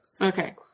Okay